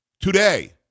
Today